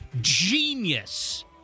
genius